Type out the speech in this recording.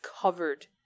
covered